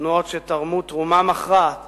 תנועות שתרמו תרומה מכרעת